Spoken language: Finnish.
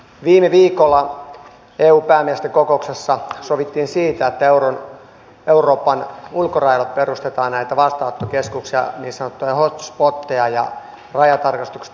viime viikolla eun päämiesten kokouksessa sovittiin siitä että euroopan ulkorajoille perustetaan näitä vastaanottokeskuksia niin sanottuja hot spoteja ja rajatarkastukset aloitetaan siellä